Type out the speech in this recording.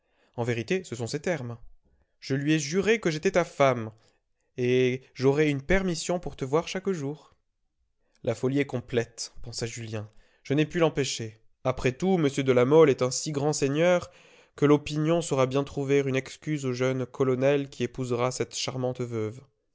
en vérité ce sont ses termes je lui ai juré que j'étais ta femme et j'aurai une permission pour te voir chaque jour la folie est complète pensa julien je n'ai pu l'empêcher après tout m de la mole est un si grand seigneur que l'opinion saura bien trouver une excuse au jeune colonel qui épousera cette charmante veuve